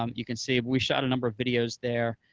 um you can see it. we shot a number of videos there,